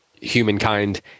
humankind